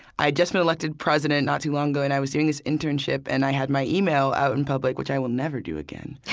i had just been elected president not too long ago, and i was doing this internship, and i had my email out in public, which i will never do again